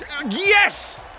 Yes